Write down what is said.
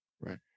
Right